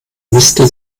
müsste